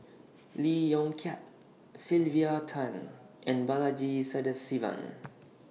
Lee Yong Kiat Sylvia Tan and Balaji Sadasivan